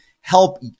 help